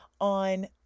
on